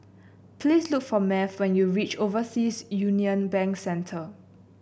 please look for Math when you reach Overseas Union Bank Center